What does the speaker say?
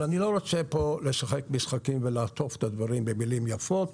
אבל אני לא רוצה פה לשחק משחקים ולעטוף את הדברים במילים יפות.